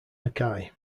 mackay